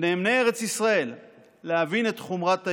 על נאמני ארץ ישראל להבין את חומרת האיום: